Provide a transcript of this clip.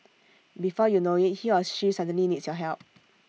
before you know IT he or she suddenly needs your help